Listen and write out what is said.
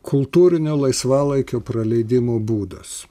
kultūrinio laisvalaikio praleidimo būdas